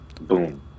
Boom